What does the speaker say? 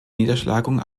niederschlagung